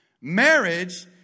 Marriage